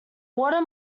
water